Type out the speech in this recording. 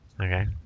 Okay